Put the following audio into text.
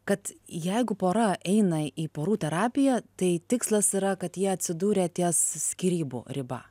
kad jeigu pora eina į porų terapiją tai tikslas yra kad jie atsidūrę ties skyrybų riba